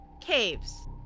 Caves